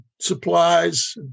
supplies